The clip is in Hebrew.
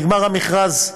נגמר המכרז,